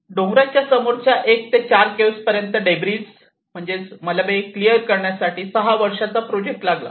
डोंगराच्या समोरच्या 1 ते 4 केव्ह पर्यंत डेब्रिज क्लियर करण्यासाठी सहा वर्षांचा प्रोजेक्ट लागला